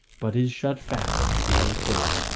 but is shut fast, being full.